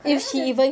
可能他的